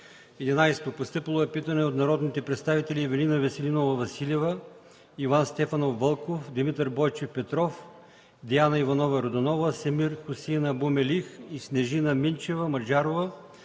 г. 11. Постъпило е питане от народните представители Ивелина Веселинова Василева, Иван Стефанов Вълков, Димитър Бойчев Петров, Диана Иванова Йорданова, Семир Хусеин Абу Мелих и Снежина Минчева Маджарова